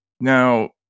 now